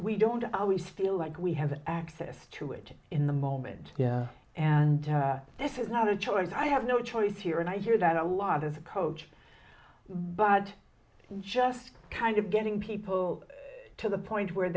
we don't always feel like we have access to it in the moment and this is not a choice i have no choice here and i hear that a lot of coach but just kind of getting people to the point where